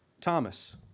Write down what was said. Thomas